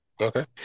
Okay